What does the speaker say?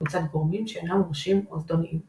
מצד גורמים שאינם מורשים או זדוניים;